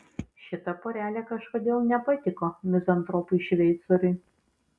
šita porelė kažkodėl nepatiko mizantropui šveicoriui